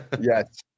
Yes